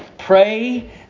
Pray